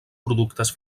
productes